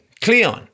Cleon